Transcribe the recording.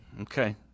Okay